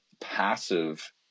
passive